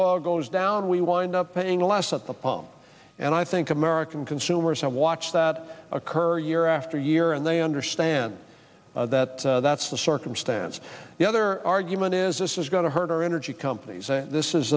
oil goes down we wind up paying less at the pump and i think american consumers have watched that occur year after year and they understand that that's the circumstance the other argument is this is going to hurt our energy companies and this is